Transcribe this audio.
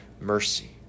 mercy